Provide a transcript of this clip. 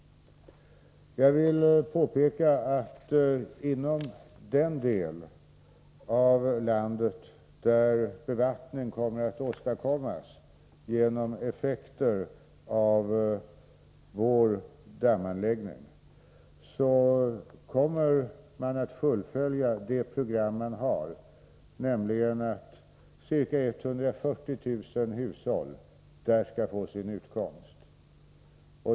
Jag vill påpeka att inom den del av landet där bevattning kommer till stånd genom effekter av vår dammanläggning, så ämnar man fullfölja det program man har, nämligen att ca 140 000 hushåll här skall få sin utkomst.